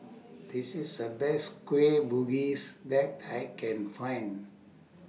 This IS The Best Kueh Bugis that I Can Find